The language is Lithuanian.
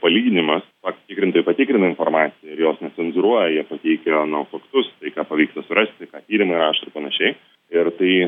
palyginimas faktų tikrintojai patikrina informaciją ir jos necenzūruoja jie pateikia nu faktus tai ką pavyksta surasti ką tyrimai rašo ir panašiai ir tai